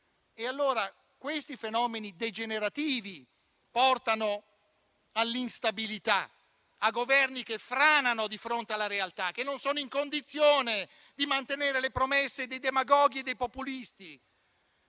Questi fenomeni degenerativi portano all'instabilità e a Governi che franano di fronte alla realtà, che non sono in condizione di mantenere le promesse dei demagoghi e dei populisti